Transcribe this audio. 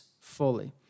fully